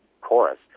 chorus